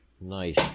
Nice